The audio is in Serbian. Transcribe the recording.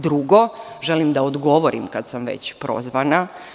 Drugo, želim da odgovorim, kad sam već prozvana.